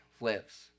lives